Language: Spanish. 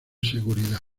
seguridad